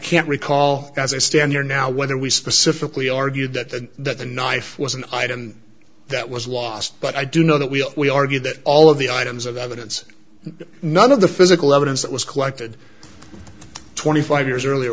can't recall as i stand here now whether we specifically argued that the that the knife was an item that was lost but i do know that we we argued that all of the items of evidence none of the physical evidence that was collected twenty five years earlier